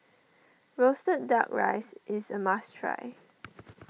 Roasted Duck Rice is a must try